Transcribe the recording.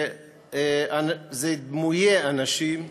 זה דמויי אנשים,